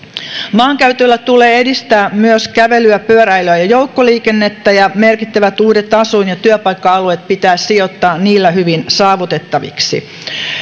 maankäytöllä tulee edistää myös kävelyä pyöräilyä ja joukkoliikennettä ja merkittävät uudet asuin ja työpaikka alueet pitää sijoittaa niillä hyvin saavutettaviksi